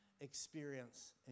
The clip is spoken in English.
experience